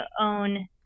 own